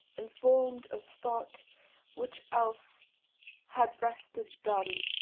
informed of thought which else had rested dumb,